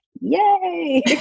yay